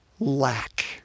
lack